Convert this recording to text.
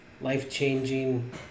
life-changing